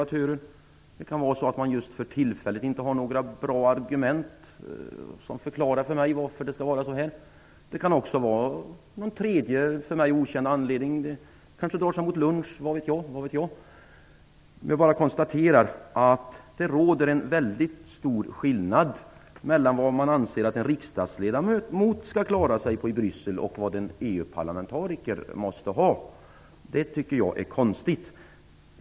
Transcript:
Det kan också vara så att man för tillfället inte har några bra argument för att förklara det här för mig. Men det kan även finnas en tredje för mig okänd anledning. Det kanske beror på att det drar sig mot lunch, vad vet jag. Jag kan bara konstatera att det är stor skillnad mellan vad man anser att en riksdagsledamot skall klara sig på i Bryssel och vad man anser att en EU-parlamentariker måste ha. Det tycker jag är konstigt.